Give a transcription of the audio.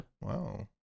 Wow